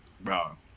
bro